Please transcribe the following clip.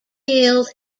killed